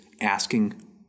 asking